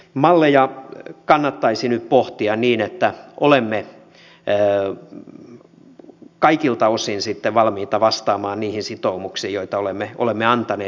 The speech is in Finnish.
malleja kannattaisi nyt pohtia niin että olemme kaikilta osin sitten valmiita vastaamaan niihin sitoumuksiin joita olemme antaneet